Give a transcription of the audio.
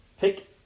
Pick